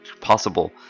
possible